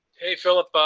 hey, philip,